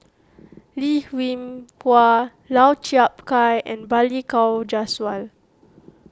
Lim Hwee Hua Lau Chiap Khai and Balli Kaur Jaswal